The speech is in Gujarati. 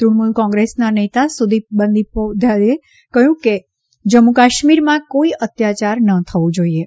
તૃણમૂલકોંગ્રેસના નેતા સુદીપ બંદોપાધ્યાથે કહ્યું કે જમ્મુકાશ્મીરમાં કોઇ અત્યાચાર ન થવો જાઇએ